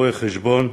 רואי-חשבון,